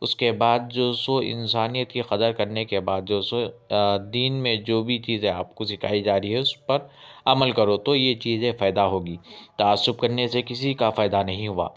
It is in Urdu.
اس کے بعد جو سو انسانیت کی قدر کرنے کے بعد جو سو دین میں جو بھی چیزے آپ کو سکھائی جا رہی ہے اس پر عمل کرو تو یہ چیزے فائدہ ہوگی تعصب کرنے سے کسی کا فائدہ نہیں ہوا